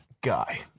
guy